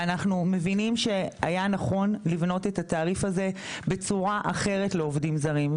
ואנחנו מבינים שהיה נכון לבנות את התעריף הזה בצורה אחרת לעובדים זרים.